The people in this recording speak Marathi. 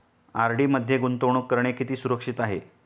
आर.डी मध्ये गुंतवणूक करणे किती सुरक्षित आहे?